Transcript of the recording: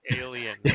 alien